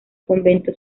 convento